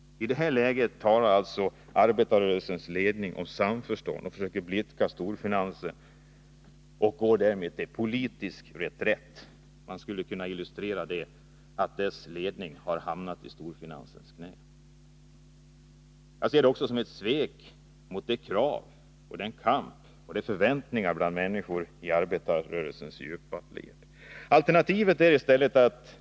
I detta läge talar arbetarrörelsens ledning om samförstånd och försöker blidka storfinansen. Därmed går arbetarrörelsen till politisk reträtt. Man skulle kunna illustrera det med att säga att dess ledning har hamnat i storfinansens knä. Jag ser denna politiska inriktning som ett svek mot de krav som s illts, den kamp som förts och de förväntningar som människor i arbetarrörelsens djupa led haft.